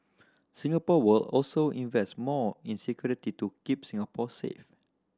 Singapore will also invest more in security to keep Singapore safe